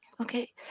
okay